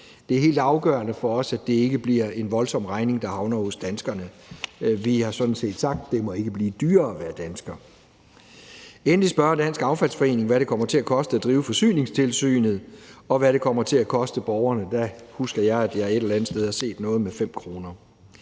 Det er helt afgørende for os, at det ikke bliver en voldsom regning, der havner hos danskerne. Vi har sådan set sagt, at det ikke må blive dyrere at være dansker. Endelig spørger Dansk Affaldsforening, hvad det kommer til at koste at drive Forsyningstilsynet, og hvad det kommer til at koste borgerne. Der husker jeg, at jeg et eller andet sted har set noget med 5 kr.